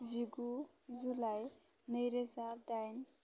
जिगु जुलाइ नैरोजा दाइन